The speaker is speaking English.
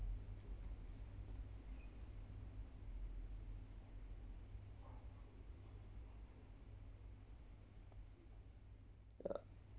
ah